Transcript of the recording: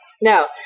no